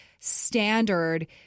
standard